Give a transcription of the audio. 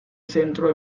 centro